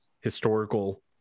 historical